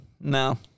No